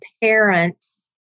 parents